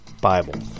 Bible